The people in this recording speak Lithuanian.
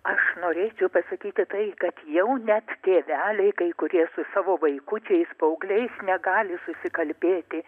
aš norėčiau pasakyti tai kad jau net tėveliai kai kurie su savo vaikučiais paaugliais negali susikalbėti